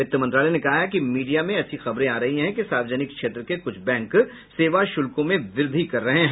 वित्त मंत्रालय ने कहा है कि मीडिया में ऐसी खबरें आ रही हैं कि सार्वजनिक क्षेत्र के कुछ बैंक सेवा शुल्कों में वृद्धि कर रहे हैं